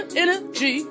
energy